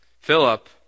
Philip